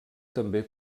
també